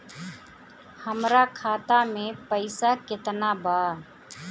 हमरा खाता में पइसा केतना बा?